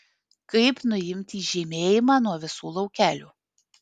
kaip nuimti žymėjimą nuo visų laukelių